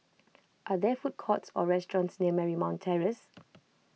are there food courts or restaurants near Marymount Terrace